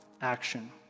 action